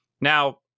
Now